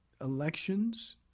Elections